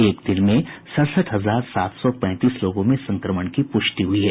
एक दिन में सड़सठ हजार सात सौ पैंतीस लोगों में संक्रमण की पुष्टि हुई है